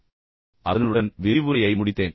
எனவே அதனுடன் நான் விரிவுரையை முடித்தேன்